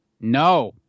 No